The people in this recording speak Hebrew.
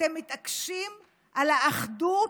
אתם מתעקשים על האחדות,